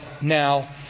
now